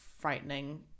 frightening